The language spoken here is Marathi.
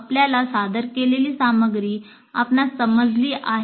आपल्याला सादर केलेली सामग्री आपणास समजली आहे